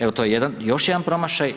Evo to je još jedan promašaj.